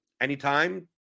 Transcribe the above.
anytime